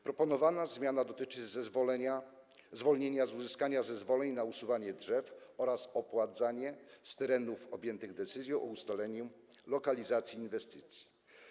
Proponowana zmiana dotyczy zwolnienia z uzyskania zezwoleń na usuwanie drzew - oraz opłat za nie - z terenów objętych decyzją o ustaleniu lokalizacji inwestycji.